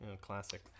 classic